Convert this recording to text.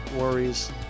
worries